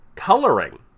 Coloring